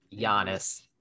Giannis